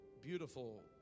beautiful